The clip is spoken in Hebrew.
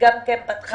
שפתחה עסק.